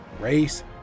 race